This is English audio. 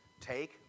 Take